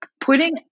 putting